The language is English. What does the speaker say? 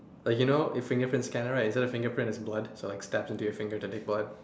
like you know your fingerprint scanner right instead of fingerprint it's blood so it stabs into you finger to take blood